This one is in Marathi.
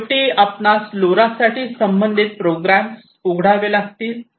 शेवटी आपणास लोरा साठी संबंधित प्रोग्राम उघडावे लागतील